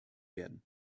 werden